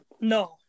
No